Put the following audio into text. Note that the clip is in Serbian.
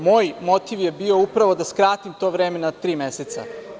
Moj motiv je bio upravo da skratim to vreme na tri meseca.